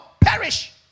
perish